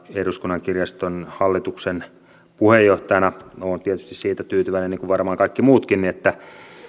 eduskunnan kirjaston hallituksen puheenjohtajana olen tietysti siitä tyytyväinen niin kuin varmaan kaikki muutkin että